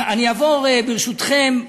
על המשכנתאות זכרת להגיד?